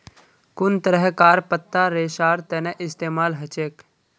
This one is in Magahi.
कुन तरहकार पत्ता रेशार तने इस्तेमाल हछेक